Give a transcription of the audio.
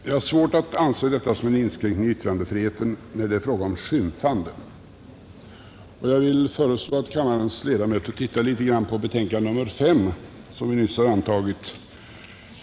Jag har svårt att anse detta vara en inskränkning i yttrandefriheten när det är fråga om skymfande, och jag vill föreslå att kammarens ledamöter tittar litet på betänkande nr 5 som vi nyss antagit.